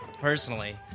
personally